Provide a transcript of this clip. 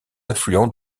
affluent